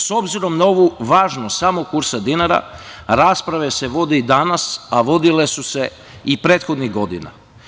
S obzirom na ovu važnost samog kursa dinara, rasprave se vode i danas, a vodile su se i prethodnih godina.